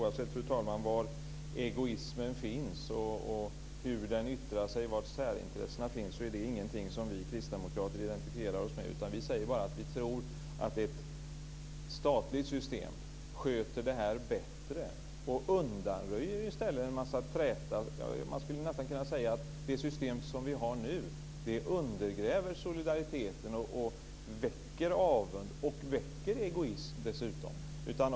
Fru talman! Oavsett var egoismen finns, hur den yttrar sig och var särintressena finns är det ingenting vi kristdemokrater identifierar oss med. Vi säger bara att vi tror att ett statligt system sköter det här bättre och undanröjer en massa träta. Man skulle nästan kunna säga att det system vi har nu undergräver solidariteten och väcker avund och dessutom egoism.